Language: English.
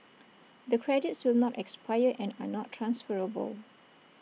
the credits should not expire and are not transferable